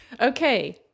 Okay